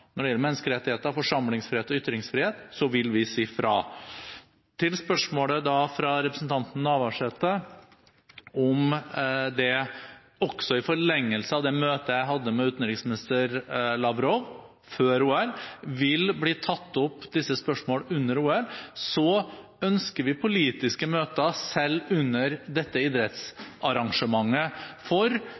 når det gjelder menneskerettigheter – forsamlingsfrihet og ytringsfrihet – vil vi si fra. Til spørsmålet fra representanten Navarsete om disse spørsmålene – i forlengelsen av det møtet jeg hadde med utenriksminister Lavrov før OL – også vil bli tatt opp under OL: Vi ønsker politiske møter selv under dette idrettsarrangementet for